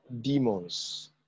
demons